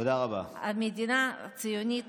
המדינה הציונית